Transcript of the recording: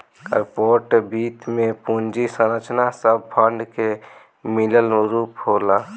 corporate वित्त में पूंजी संरचना सब फंड के मिलल रूप होला